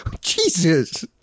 Jesus